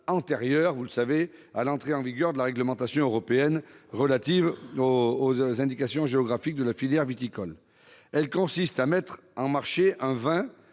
antérieure à l'entrée en vigueur de la réglementation européenne relative aux indications géographiques de la filière viticole. Le repli consiste à mettre en marché un vin